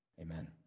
Amen